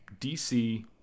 DC